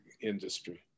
industry